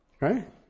Right